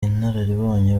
inararibonye